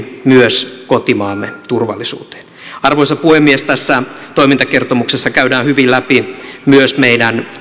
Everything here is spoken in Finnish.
myös kotimaamme turvallisuuteen arvoisa puhemies tässä toimintakertomuksessa käydään hyvin läpi myös meidän